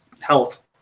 health